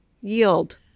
yield